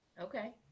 Okay